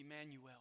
Emmanuel